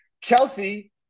Chelsea